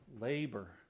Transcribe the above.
labor